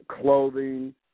clothing